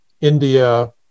India